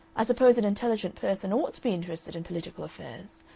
i suppose an intelligent person ought to be interested in political affairs.